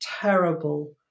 terrible